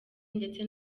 ndetse